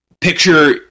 picture